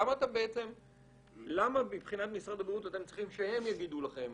למה מבחינת משרד הבריאות אתם צריכים שהם יגידו לכם.